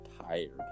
tired